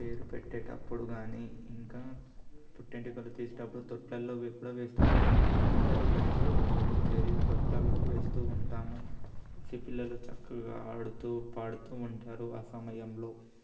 పేరు పెట్టేటప్పుడు కానీ ఇంకా పుట్టెంటుకలు తీసేటప్పుడు తొట్లలో కూడా వేస్తాను అందరు కలిసి ఒక చోటుకు చేరి తొట్లలో వేస్తు ఉంటాము పసిపిల్లలు చక్కగా ఆడుతూ పాడుతూ ఉంటారు ఆ సమయంలో